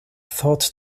thought